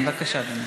בבקשה, אדוני.